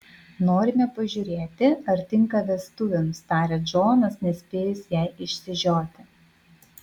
norime pažiūrėti ar tinka vestuvėms taria džonas nespėjus jai išsižioti